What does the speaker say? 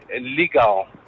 legal